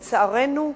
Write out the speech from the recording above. לצערנו,